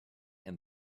and